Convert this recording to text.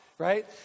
right